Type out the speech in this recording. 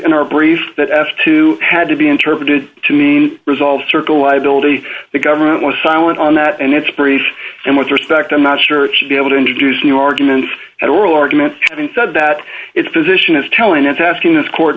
in our brief that asked to had to be interpreted to mean resolve circle liability the government was silent on that and inspiration and with respect i'm not sure it should be able to introduce new arguments and oral arguments having said that its position is telling that asking this court